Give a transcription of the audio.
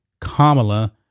Kamala